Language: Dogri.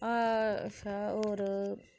और